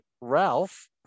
Ralph